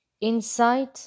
inside